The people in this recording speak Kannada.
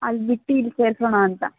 ಅಲ್ಲಿ ಬಿಟ್ಟು ಇಲ್ಲಿ ಸೇರಿಸೋಣ ಅಂತ